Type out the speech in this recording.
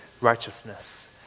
righteousness